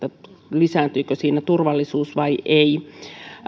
lisääntyykö siinä turvallisuus vai ei